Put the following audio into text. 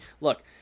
Look